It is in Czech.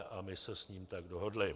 A my se s ním tak dohodli.